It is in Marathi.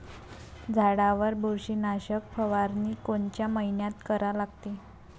झाडावर बुरशीनाशक फवारनी कोनच्या मइन्यात करा लागते?